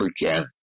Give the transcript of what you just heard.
again